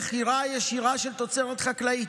מכירה ישירה של תוצרת חקלאית,